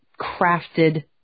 crafted